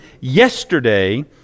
yesterday